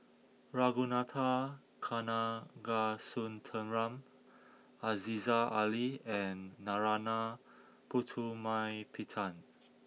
Ragunathar Kanagasuntheram Aziza Ali and Narana Putumaippittan